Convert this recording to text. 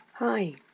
Hi